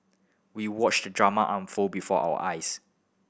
we watched the drama unfold before our eyes